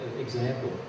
example